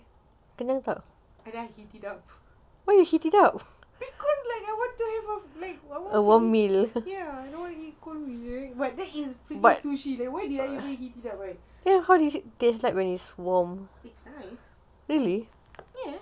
and heat it up because I want to have a I want but there is freaking sushi why did I even heat it up right it's nice yes